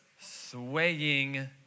Swaying